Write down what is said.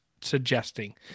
suggesting